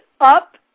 up